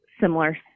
similar